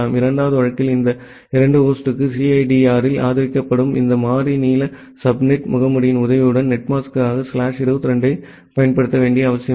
இரண்டாவது வழக்கில் இந்த இரண்டு ஹோஸ்டுக்கு சிஐடிஆரில் ஆதரிக்கப்படும் இந்த மாறி நீள சப்நெட் முகமூடியின் உதவியுடன் நெட்மாஸ்காக ஸ்லாஷ் 22 ஐப் பயன்படுத்த வேண்டிய அவசியமில்லை